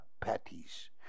patties